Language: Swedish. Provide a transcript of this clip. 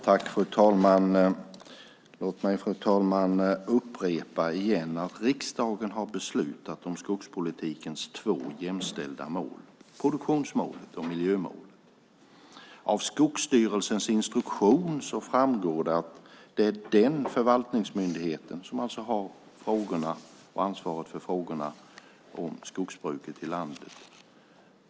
Fru talman! Låt mig upprepa att riksdagen har beslutat om skogspolitikens två jämställda mål, produktionsmålet och miljömålet. Av Skogsstyrelsens instruktion framgår det att det är den förvaltningsmyndigheten som har ansvaret för frågorna om skogsbruket i landet.